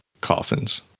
coffins